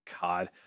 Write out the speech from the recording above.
God